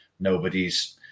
nobody's